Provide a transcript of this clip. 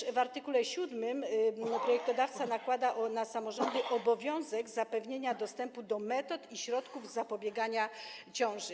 Także w art. 7 projektodawca nakłada na samorządy obowiązek zapewnienia dostępu do metod i środków zapobiegania ciąży.